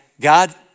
God